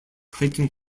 clayton